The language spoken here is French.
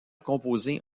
composé